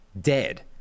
dead